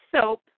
soap